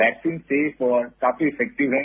vaccine safe और काफी effective है